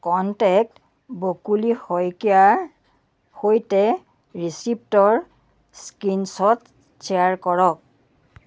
contact Bakuli শইকীয়াৰ সৈতে ৰিচিপ্টৰ স্ক্ৰীনশ্বট শ্বেয়াৰ কৰক